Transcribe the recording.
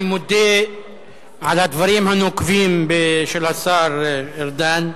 אני מודה על הדברים הנוקבים של השר ארדן.